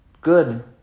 Good